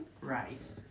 right